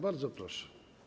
Bardzo proszę.